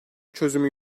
çözümü